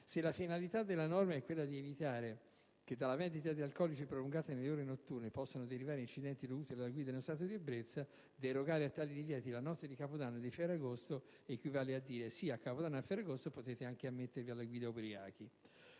se la finalità della norma è quella di evitare che dalla vendita di alcolici prolungata nelle ore notturne possano derivare incidenti dovuti alla guida in stato di ebbrezza, derogare a tali divieti la notte di Capodanno e di Ferragosto equivale a dire: «Ma sì, a Capodanno e a Ferragosto potete anche mettervi alla guida ubriachi».